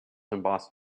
embossed